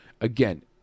Again